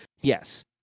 Yes